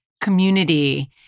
community